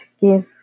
give